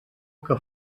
que